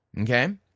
Okay